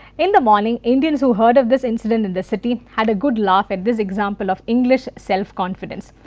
in the morning indians who heard of this incident in the city had a good laugh at this example of english self confidence.